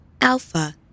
Alpha